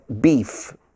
beef